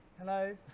Hello